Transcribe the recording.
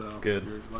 Good